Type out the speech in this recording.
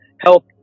help